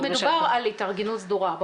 מדובר על התארגנות סדורה.